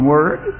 Word